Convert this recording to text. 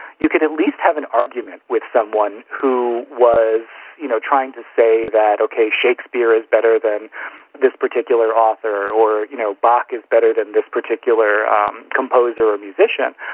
you could at least have an argument with someone who was you know trying to say that okay, shakespeare is better than this particular author, or you know bach is better than this particular um composer or musician.